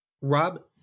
Rob